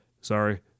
sorry